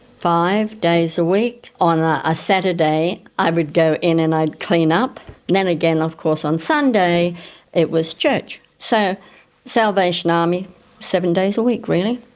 five days a week. on a saturday i would go in and i'd clean up, and then again of course on sunday it was church. so salvation army seven days a week really.